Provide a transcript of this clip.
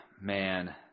man